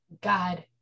God